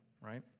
right